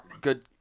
good